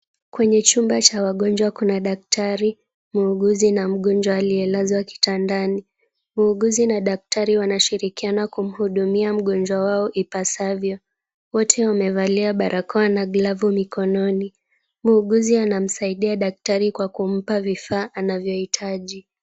Kwenye chumba cha wagonjwa kuna daktari, muuguzi na mgonjwa aliyelazwa kitandani. Muuguzi na daktari wanashirikiana kumhudumia mgonjwa wao ipasavyo. Wote wamevalia barakoa na glavu mikononi. Muuguzi anamsaidia daktari kwa kumpa vifaa anavyohitaji.